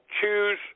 choose